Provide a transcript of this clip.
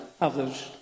others